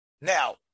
Now